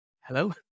Hello